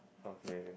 okay